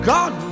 God